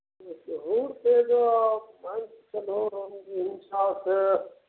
एतहुक छै जे मानिके चलहो हमके हिसा से